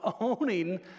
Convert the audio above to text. owning